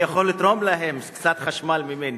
אני יכול לתרום להם קצת חשמל ממני.